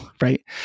right